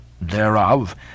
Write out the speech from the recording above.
thereof